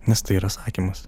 nes tai yra įsakymas